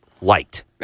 liked